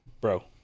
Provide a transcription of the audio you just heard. bro